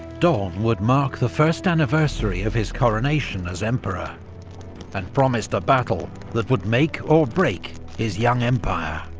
dawn would mark the first anniversary of his coronation as emperor and promised a battle that would make or break his young empire.